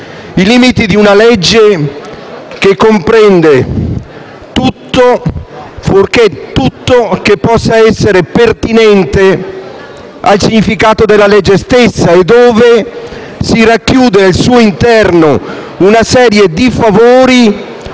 il disegno di legge comprende di tutto, fuorché ciò che possa essere pertinente al significato della legge stessa, e racchiude al suo interno una serie di favori